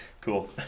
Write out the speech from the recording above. Cool